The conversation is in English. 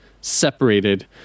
separated